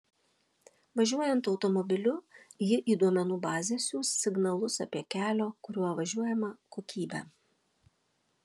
važiuojant automobiliu ji į duomenų bazę siųs signalus apie kelio kuriuo važiuojama kokybę